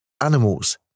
animals